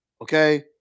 okay